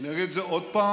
אני אגיד את זה עוד פעם,